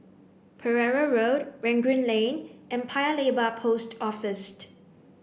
Pereira Road Rangoon Lane and Paya Lebar Post Office